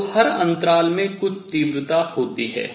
तो हर अंतराल में कुछ तीव्रता होती है